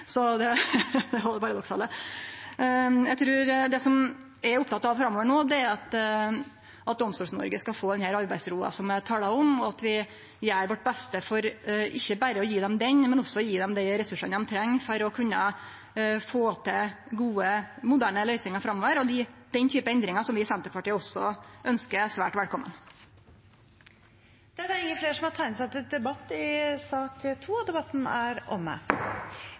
Det er jo det paradoksale. Det eg er oppteken av framover no, er at Domstols-Noreg skal få den arbeidsroa som eg tala om, og at vi gjer vårt beste for ikkje berre å gje dei den, men også å gje dei dei ressursane dei treng for å kunne få til gode, moderne løysingar framover – den typen endringar vi i Senterpartiet også ønskjer svært velkomne. Flere har ikke bedt om ordet til sak nr. 2. Etter ønske fra familie- og kulturkomiteen vil presidenten ordne debatten